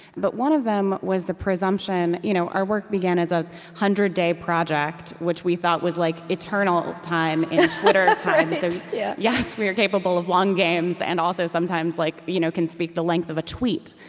but one of them was the presumption you know our work began as a hundred-day project, which we thought was, like, eternal time in twitter and time, so yeah yes, we are capable of long games, and also, sometimes, like you know can speak the length of a tweet.